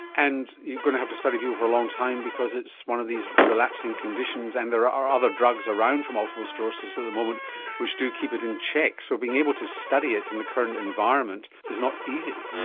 and you're going to have to study people for a long time because it's one of these relapsing conditions, and there are other drugs around for multiple sclerosis at the moment which do keep it in check. so being able to study it in the current environment is not easy.